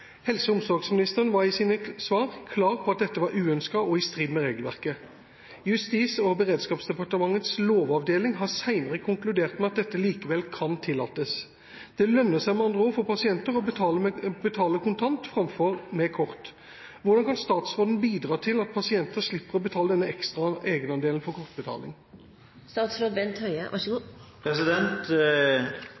Helse- og omsorgsministeren var i sine svar klar på at dette var uønsket og i strid med regelverket. Justis- og beredskapsdepartementets lovavdeling har senere konkludert med at dette likevel kan tillates. Det lønner seg med andre ord for pasienten å betale kontant framfor med kort. Hvordan kan statsråden bidra til at pasientene slipper å betale denne ekstra egenandelen for kortbetaling?»